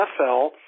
NFL